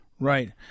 Right